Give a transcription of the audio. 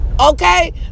Okay